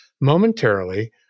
momentarily